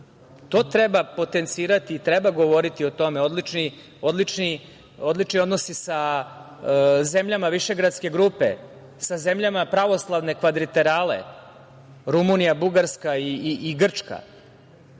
To treba potencirati i treba govoriti o tome, odlični odnosi sa zemljama višegradske grupe, sa zemljama pravoslavne kvadriterale, Rumunija, Bugarska i Grčka.U